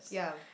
ya